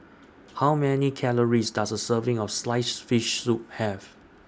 How Many Calories Does A Serving of Sliced Fish Soup Have